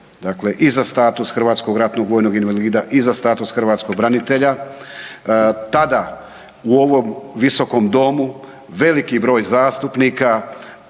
dakle i za status HRVI-a i za status hrvatskog branitelja, tada u ovom Visokom domu, veliki broj zastupnika